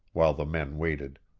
while the men waited.